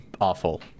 awful